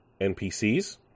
NPCs